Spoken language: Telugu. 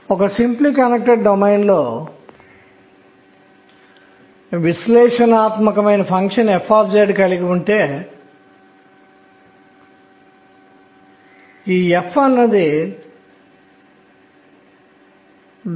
ఈ స్థాయిలో ఎలక్ట్రాన్ల సంఖ్య 2 ఇందులోని ఎలక్ట్రాన్ల సంఖ్య 3 మరియు 4